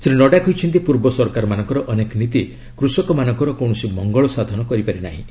ଶ୍ରୀ ନଡ୍ଡା କହିଛନ୍ତି ପୂର୍ବ ସରକାରମାନଙ୍କର ଅନେକ ନୀତି କୂଷକମାନଙ୍କର କୌଣସି ମଙ୍ଗଳ ସାଧନ କରିନାହିଁ